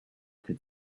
could